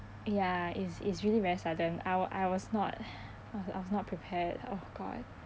ya it's it's really very sudden I I was not I was I was not prepared oh god